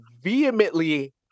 vehemently